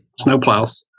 snowplows